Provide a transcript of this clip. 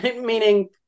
meaning